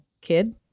kid